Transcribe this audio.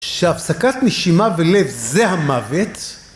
שהפסקת נשימה ולב זה המוות?